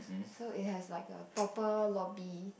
so it has like a proper lobby